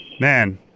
man